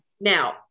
Now